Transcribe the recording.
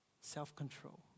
self-control